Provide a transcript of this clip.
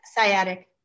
sciatic